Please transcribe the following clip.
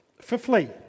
Fifthly